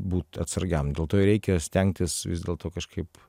būt atsargiam dėl to ir reikia stengtis vis dėlto kažkaip